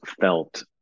felt